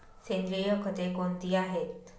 सेंद्रिय खते कोणती आहेत?